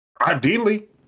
Ideally